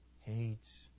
hates